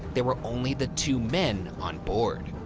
there were only the two men on board.